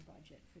budget